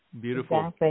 beautiful